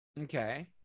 Okay